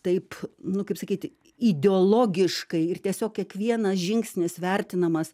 taip nu kaip sakyti ideologiškai ir tiesiog kiekvienas žingsnis vertinamas